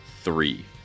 three